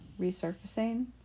resurfacing